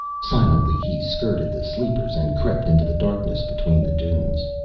silently he skirted the sleepers and crept into the darkness between the dunes.